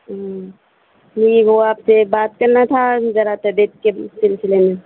نہیں وہ آپ سے بات کرنا تھا ذرا طبیعت کے سلسلے میں